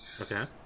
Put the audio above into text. Okay